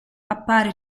appare